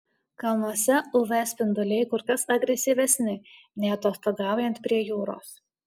kalnuose uv spinduliai kur kas agresyvesni nei atostogaujant prie jūros